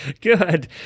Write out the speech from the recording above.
Good